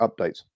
updates